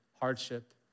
hardship